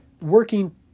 working